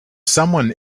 someone